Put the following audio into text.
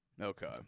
Okay